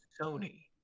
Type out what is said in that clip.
Sony